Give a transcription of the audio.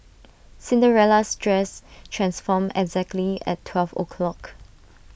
Cinderella's dress transformed exactly at twelve o'clock